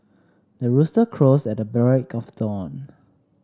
the rooster crows at the break of dawn